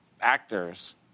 actors